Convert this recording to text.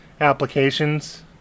applications